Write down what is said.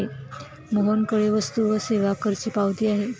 मोहनकडे वस्तू व सेवा करची पावती आहे